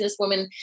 businesswoman